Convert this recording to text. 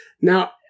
Now